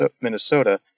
Minnesota